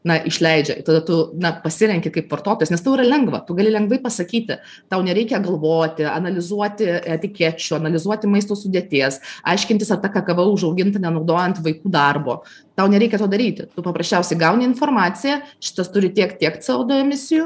na išleidžia tada tu na pasirenki kaip vartotojas nes tau yra lengva tu gali lengvai pasakyti tau nereikia galvoti analizuoti etikečių analizuoti maisto sudėties aiškintis ar ta kakava užauginta nenaudojant vaikų darbo tau nereikia to daryti tu paprasčiausiai gauni informaciją šitas turi tiek tiek c o du emisijų